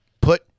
put